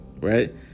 Right